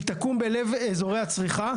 והיא תקום בלב אזורי הצריכה,